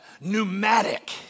Pneumatic